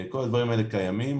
כל הדברים האלה קיימים.